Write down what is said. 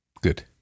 Good